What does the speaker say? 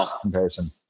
comparison